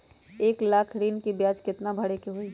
एक लाख ऋन के ब्याज केतना भरे के होई?